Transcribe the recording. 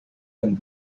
and